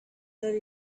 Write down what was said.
there